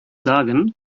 sagen